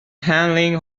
handling